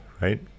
right